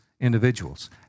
individuals